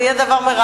זה יהיה מרענן.